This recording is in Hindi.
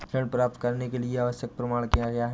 ऋण प्राप्त करने के लिए आवश्यक प्रमाण क्या क्या हैं?